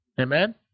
Amen